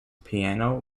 piano